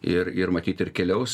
ir ir matyt ir keliaus